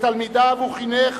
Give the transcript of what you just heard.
את תלמידיו הוא חינך